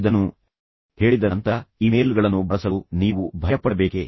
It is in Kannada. ಇದನ್ನು ಹೇಳಿದ ನಂತರ ಇಮೇಲ್ಗಳನ್ನು ಬಳಸಲು ನೀವು ಭಯಪಡಬೇಕೇ